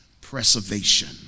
preservation